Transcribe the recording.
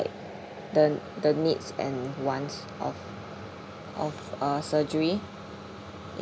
the the needs and wants of of uh surgery